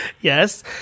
Yes